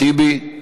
טיבי,